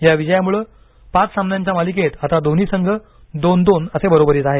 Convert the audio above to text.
या विजयामुळ पाच सामन्यांच्या मालिकेत आता दोन्ही संघ दोन दोन असे बरोबरीत आहेत